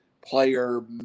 player